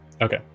Okay